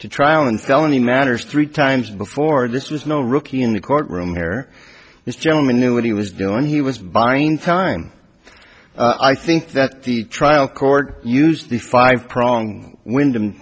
to trial in felony matters three times before this was no rookie in the courtroom here this gentleman knew what he was doing he was buying time i think that the trial court used the five prong windham